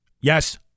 yes